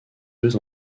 deux